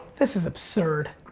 this is absurd.